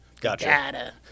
Gotcha